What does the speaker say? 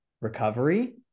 recovery